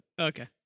Okay